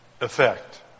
effect